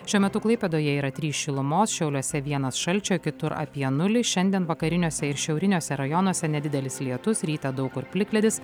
šiuo metu klaipėdoje yra trys šilumos šiauliuose vienas šalčio kitur apie nulį šiandien vakariniuose ir šiauriniuose rajonuose nedidelis lietus rytą daug kur plikledis